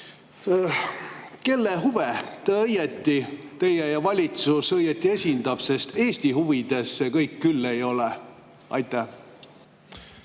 kelle huve valitsus õieti esindab, sest Eesti huvides see kõik küll ei ole. Aitäh!